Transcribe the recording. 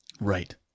Right